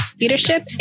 leadership